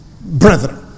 Brethren